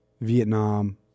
Vietnam